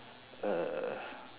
uh